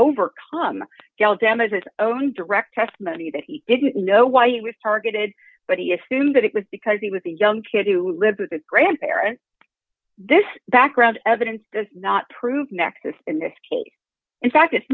overcome damage his own direct testimony that he didn't know why he was targeted but he assumed that it was because he was a young kid who lived with a grandparent this background evidence does not prove nexus in this case in fact it's